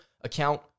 account